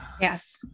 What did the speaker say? Yes